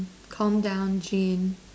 calmed down Jean